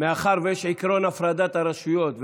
מאחר שיש עקרון הפרדת רשויות,